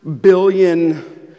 billion